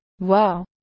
wow